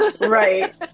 Right